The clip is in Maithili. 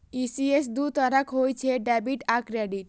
ई.सी.एस दू तरहक होइ छै, डेबिट आ क्रेडिट